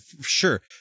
sure